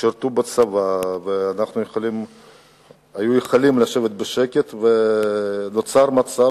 שירתו בצבא, ואלה היו יכולים לשבת בשקט, ונוצר מצב